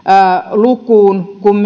lukuun kuin